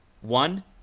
one